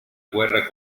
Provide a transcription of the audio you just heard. guerra